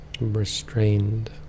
Restrained